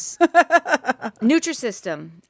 Nutrisystem